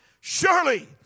surely